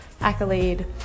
accolade